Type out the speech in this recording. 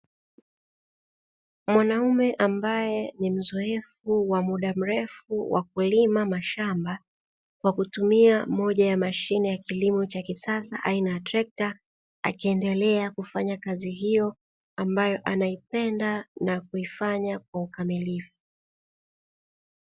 Mwanaume ambaye ni mzoefu wa muda mrefu wakulima mashamba, kwa kutumia moja ya mashine ya kilimo cha kisasa aina ya trekta, akiendelea kufanya kazi hiyo ambayo anaipenda na kuifanya kwa ukamilifu.